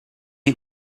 you